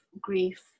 grief